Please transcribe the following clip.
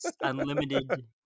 Unlimited